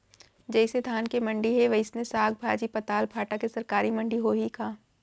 जइसे धान के मंडी हे, वइसने साग, भाजी, पताल, भाटा के सरकारी मंडी होही का?